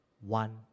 one